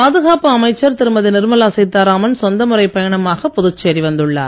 பாதுகாப்பு அமைச்சர் திருமதி நிர்மலா சீதாராமன் சொந்த முறைப் பயணமாக புதுச்சேரி வந்துள்ளார்